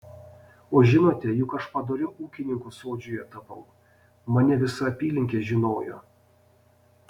o žinote juk aš padoriu ūkininku sodžiuje tapau mane visa apylinkė žinojo